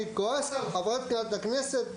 אני כועס על חברת הכנסת,